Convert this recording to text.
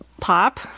pop